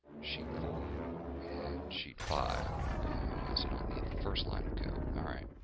sheet four and sheet five okay! and we also don't need the first line of code, alright!